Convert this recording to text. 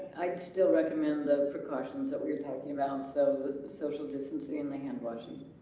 i'd still recommend the precautions that we were talking about so social distancing the hand washing